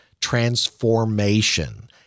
Transformation